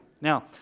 Now